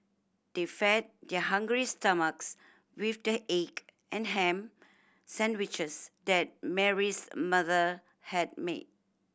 they fed their hungry stomachs with the egg and ham sandwiches that Mary's mother had made